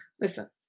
Listen